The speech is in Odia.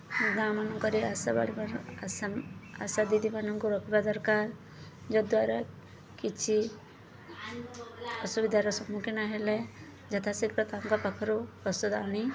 ଗାଁମାନଙ୍କରେ ଆଶା ଆଶା ଆଶା ଦିଦିମାନଙ୍କୁ ରଖିବା ଦରକାର ଯଦ୍ୱାରା କିଛି ଅସୁବିଧାର ସମ୍ମୁଖୀନ ହେଲେ ଯଥା ଶୀଘ୍ର ତାଙ୍କ ପାଖରୁ ଔଷଧ ଆଣି